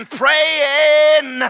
praying